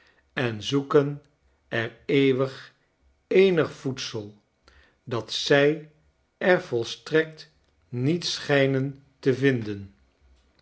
en zoeken er eeuwig eenig voedsel dat zij er volstrekt niet schijnen te vinden